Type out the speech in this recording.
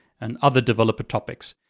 and other developer topics.